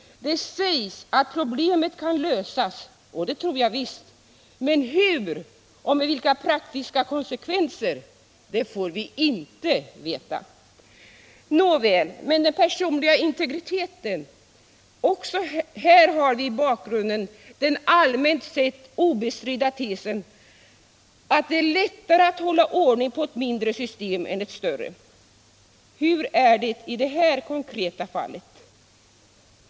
Det sägs att problemet kan lösas, och det tror jag visst. Men hur och med vilka praktiska konsekvenser? Det får vi inte veta. Nåväl — men den pesonliga integriteten? Också här har vi i bakgrunden den allmänt sett obestridda tesen att det är lättare att hålla ordning på ett mindre system än ett större. Hur är det i det här konkreta fallet?